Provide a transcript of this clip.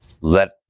let